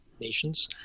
nations